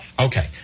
Okay